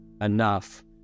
enough